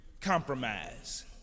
compromise